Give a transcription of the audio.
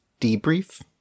debrief